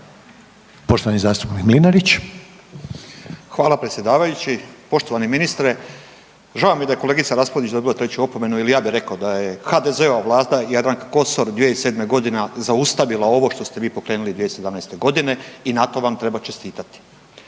**Mlinarić, Stipo (DP)** Hvala predsjedavajući. Poštovani ministre, žao mi je da je kolegica Raspudić dobila treću opomenu, jer ja bih rekao da je HDZ-a Vlada Jadranke Kosor 2007. godine zaustavila ovo što ste vi pokrenuli 2017. godine i na tome vam treba čestitati.